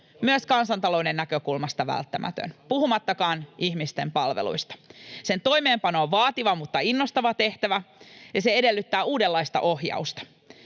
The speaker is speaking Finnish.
myös kansantalouden näkökulmasta, välttämätön, puhumattakaan ihmisten palveluista. Sen toimeenpano on vaativa mutta innostava tehtävä, ja se edellyttää uudenlaista ohjausta.